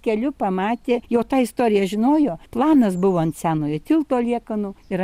keliu pamatė jo tą istoriją žinojo planas buvo ant senojo tilto liekanų ir